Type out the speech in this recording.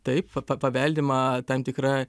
taip pat pa paveldima tam tikra